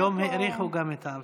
היום גם האריכו את האבטחה.